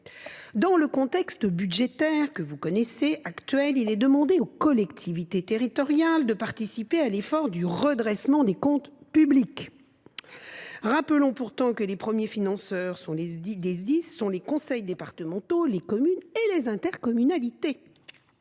Dans le contexte budgétaire que vous connaissez, il est demandé aux collectivités territoriales de participer à l’effort de redressement des comptes publics. Rappelons pourtant que les premiers financeurs des Sdis sont les conseils départementaux, les communes et les intercommunalités.